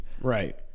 Right